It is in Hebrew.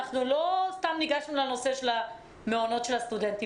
לא סתם ניגשנו לנושא של מעונות הסטודנטים,